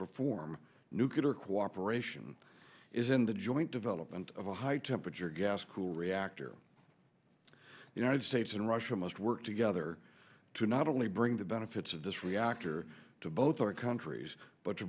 perform nuclear cooperation is in the joint development of a high temperature gas cool reactor the united states and russia must work together to not only bring the benefits of this reactor to both our countries but to